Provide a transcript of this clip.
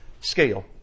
scale